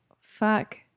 fuck